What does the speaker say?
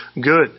good